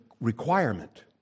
requirement